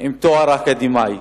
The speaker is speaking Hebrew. ועם תואר אקדמי.